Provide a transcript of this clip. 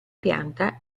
pianta